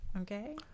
Okay